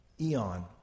eon